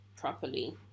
properly